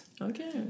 Okay